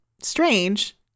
strange